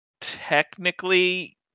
technically